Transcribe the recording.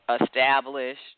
established